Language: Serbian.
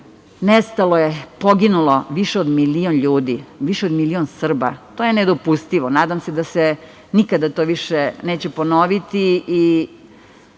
nestalo je, poginulo, više od milion ljudi, više od milion Srba. To je nedopustivo. Nadam se da se to nikada više neće ponoviti,